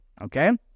okay